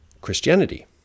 Christianity